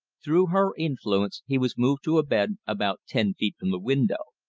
through her influence he was moved to a bed about ten feet from the window.